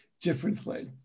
differently